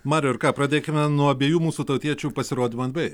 mariau ir ką pradėkime nuo abiejų mūsų tautiečių pasirodymo en by ei